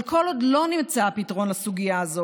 אבל כל עוד לא נמצא הפתרון לסוגיה הזאת